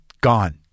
gone